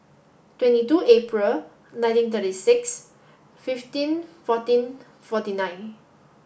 twenty two April nineteen thirty six fifteen fourteen forty nine